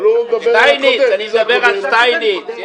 אני מדבר על שטייניץ.